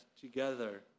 together